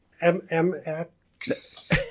M-M-X